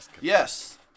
Yes